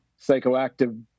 psychoactive